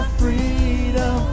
freedom